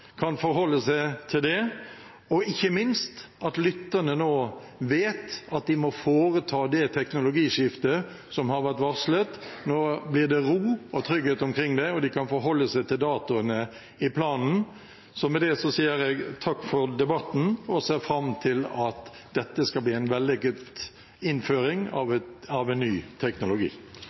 kan forholde seg til det, og ikke minst at lytterne nå vet at de må foreta det teknologiskiftet som har vært varslet. Nå blir det ro og trygghet omkring det, og de kan forholde seg til datoene i planen. Så med det sier jeg takk for debatten, og jeg ser fram til at dette skal bli en vellykket innføring av en ny teknologi.